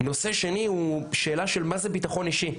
נושא שני הוא שאלה של מה זה ביטחון אישי,